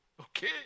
okay